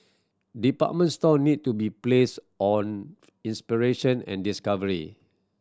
department store need to be place on inspiration and discovery